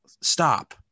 Stop